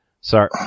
sorry